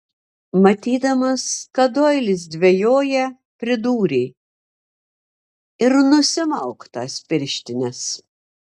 matydamas kad doilis dvejoja pridūrė ir nusimauk tas pirštines